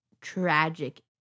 tragic